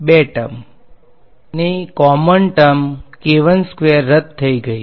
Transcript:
બે ટર્મ ની common term રદ થઈ ગઈ